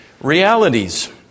realities